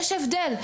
יש הבדל.